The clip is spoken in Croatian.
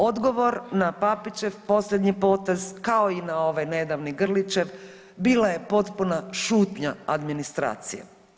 Odgovor na Papićev posljednji potez kao i na ovaj nedavni Grlićev bila je potpuna šutnja administracije.